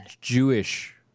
Jewish